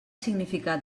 significat